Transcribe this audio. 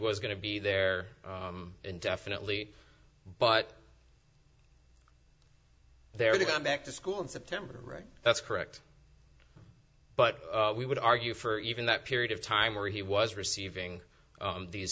was going to be there indefinitely but they're going back to school in september right that's correct but we would argue for even that period of time where he was receiving these